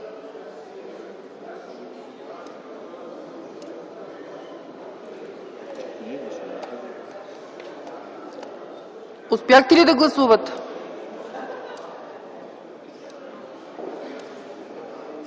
Успяхте ли да гласувате?